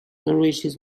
nourishes